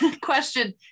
question